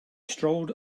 strolled